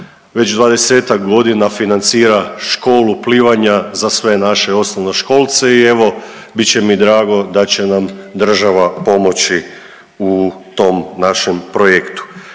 već 20-ak godina financira školu plivanja za sve naše osnovnoškolce i evo bit će mi drago da će nam država pomoći u tom našem projektu.